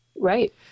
Right